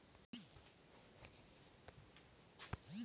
थलसेना के मतलब होथे जेहर धरती में रहिके देस के सेवा के सेवा करथे